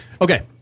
Okay